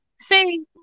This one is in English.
See